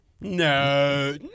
no